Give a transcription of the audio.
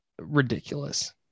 ridiculous